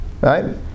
right